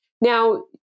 Now